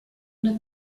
una